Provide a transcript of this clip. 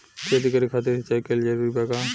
खेती करे खातिर सिंचाई कइल जरूरी बा का?